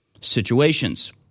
situations